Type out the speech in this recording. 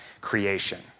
creation